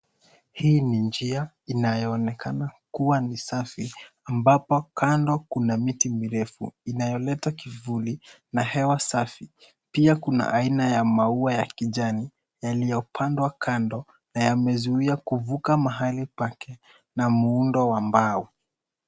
Hii ni njia inayoonekana kuwa ni safi ambapo kando kuna miti mirefu inayoleta kivuli na hewa safi. Pia kuna aina ya maua ya kijani yaliyopandwa kando na yamezuia kuvuka mahali pake na muundo wa mbao.